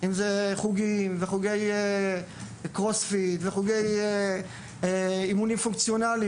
כמו חוגים, חוגי קרוספיט, אימונים פונקציונליים.